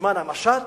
בזמן המשט,